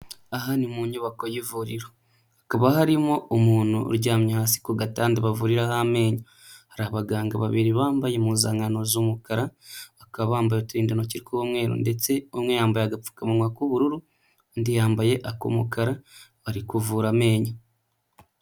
Aha ni mu nyubako y'ivuriro, hakaba harimo umuntu uryamya hasi ku gatanda bavuriraho amenyo, hari abaganga babiri bambaye impuzankano z'umukara bakaba bambaye uturindantoki tw'umweru ndetse umwe yambumbaye agapfukamunwa k'ubururu, undi yambaye ak'umukara bari kuvura amenyo.